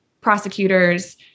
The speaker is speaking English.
prosecutors